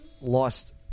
lost